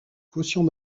quotient